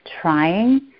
trying